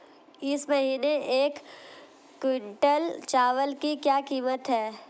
इस महीने एक क्विंटल चावल की क्या कीमत है?